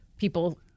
people